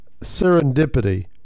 serendipity